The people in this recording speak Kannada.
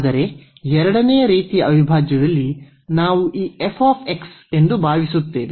ಆದರೆ ಎರಡನೆಯ ರೀತಿಯ ಅವಿಭಾಜ್ಯದಲ್ಲಿ ನಾವು ಈ ಎಂದು ಭಾವಿಸುತ್ತೇವೆ